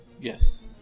Yes